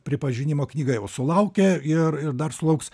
pripažinimo knyga jau sulaukė ir ir dar sulauks